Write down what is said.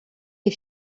est